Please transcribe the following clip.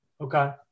Okay